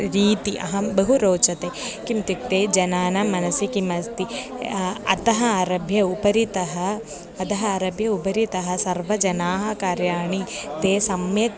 रीति अहं बहु रोचते किम् इत्युक्ते जनानां मनसि किम् अस्ति अधः आरभ्य उपरितः अधः आरभ्य उपरितः सर्वजनाः कार्याणि ते सम्यक्